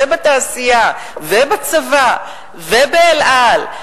ובתעשייה ובצבא וב"אל על",